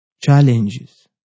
challenges